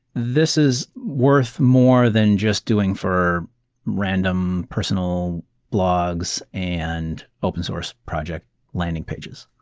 this is worth more than just doing for random personal blogs and open-source project landing pages,